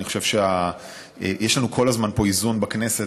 אני חושב שיש לנו כל הזמן פה איזון בכנסת,